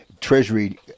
Treasury